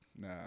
Nah